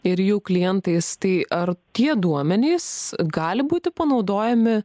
ir jų klientais tai ar tie duomenys gali būti panaudojami